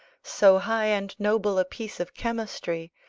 so high and noble a piece of chemistry,